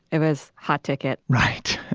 it was hot ticket, right?